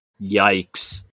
Yikes